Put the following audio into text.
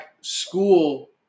school